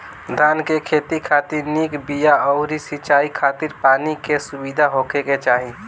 धान के खेती खातिर निक बिया अउरी सिंचाई खातिर पानी के सुविधा होखे के चाही